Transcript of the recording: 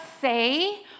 say